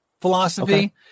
philosophy